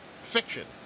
fiction